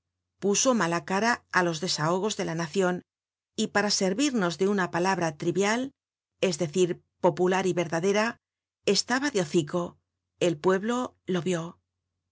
puso mala cara á los desahogos de la nacion y para servirnos de una palabra trivial es decir popular y verdadera estaba de hocico el pueblo lo vió